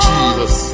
Jesus